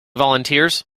volunteers